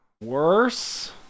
Worse